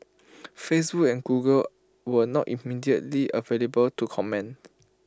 Facebook and Google were not immediately available to comment